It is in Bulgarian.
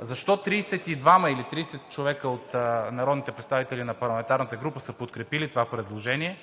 Защо 32 или 30 човека от народните представители на парламентарната група са подкрепили това предложение?